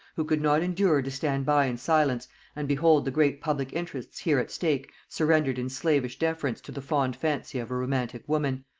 who could not endure to stand by in silence and behold the great public interests here at stake surrendered in slavish deference to the fond fancy of a romantic woman,